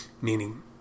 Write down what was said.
Meaning